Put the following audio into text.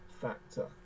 factor